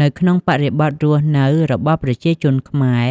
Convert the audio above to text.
នៅក្នុងបរិបទរស់នៅរបស់ប្រជាជនខ្មែរ